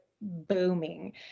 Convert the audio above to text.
booming